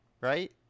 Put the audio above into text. Right